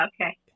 Okay